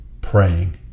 praying